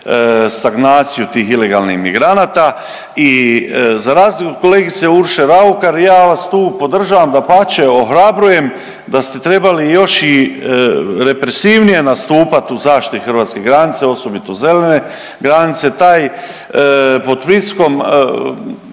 stagnaciju tih ilegalnih migranata. I za razliku od kolegice Urše Raukar ja vas tu podržavam dapače ohrabrujem da ste trebali još i represivnije nastupat u zaštiti hrvatskih granica osobito zelene granice. Taj pod pritiskom